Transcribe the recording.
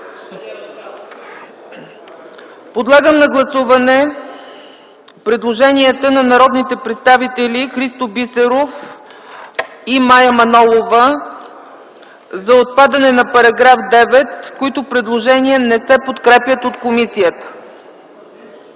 Подлагам на гласуване предложенията на народните представители Христо Бисеров и Мая Манолова за отпадане на § 56 по вносител, които предложения не се подкрепят от комисията.